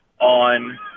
on